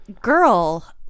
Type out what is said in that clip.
girl